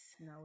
No